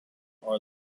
are